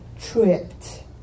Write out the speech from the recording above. tripped